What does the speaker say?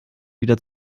wieder